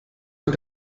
mit